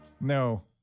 No